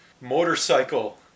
motorcycle